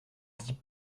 dit